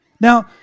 Now